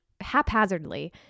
haphazardly